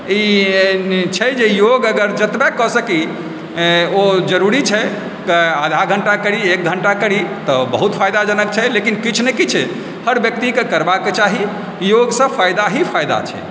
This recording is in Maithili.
ई छै जे योग अगर जेतबा कऽ सकी ओ जरूरी छै तऽ आधा घण्टा करी एक घण्टा करी तऽ बहुत फायदाजनक छै लेकिन किछु ने किछु हर व्यक्तिकेँ करबाक चाही योगसँ फायदा ही फायदा छै